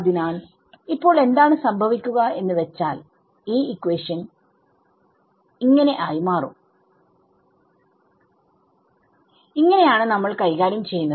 അതിനാൽ ഇപ്പോൾ എന്താണ് സംഭവിക്കുക എന്ന് വെച്ചാൽ ഈ ഇക്വേഷൻ ഇങ്ങനെ ആയി മാറും ഇങ്ങനെയാണ് നമ്മൾ കൈകാര്യം ചെയ്യുന്നത്